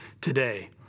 today